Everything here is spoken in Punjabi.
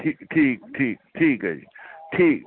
ਠੀਕ ਠੀਕ ਠੀਕ ਠੀਕ ਹੈ ਜੀ ਠੀਕ